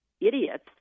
idiots